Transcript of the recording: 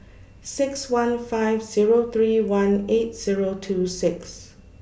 six one five Zero three one eight Zero two six